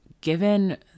given